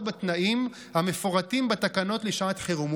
בתנאים המפורטים בתקנות לשעת חירום,